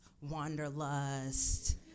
wanderlust